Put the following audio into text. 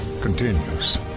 continues